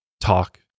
talk